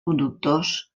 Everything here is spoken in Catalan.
conductors